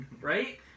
Right